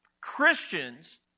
Christians